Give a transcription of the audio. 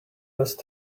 must